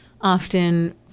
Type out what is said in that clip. often